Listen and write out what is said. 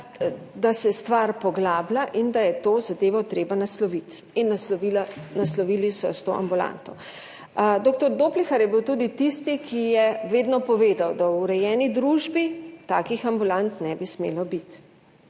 da se stvar poglablja in da je to zadevo treba nasloviti in naslovili so jo s to ambulanto. Doktor Doplihar je bil tudi tisti, ki je vedno povedal, da v urejeni družbi takih ambulant ne bi smelo biti.